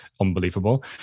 unbelievable